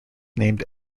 named